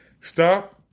Stop